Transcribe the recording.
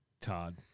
Todd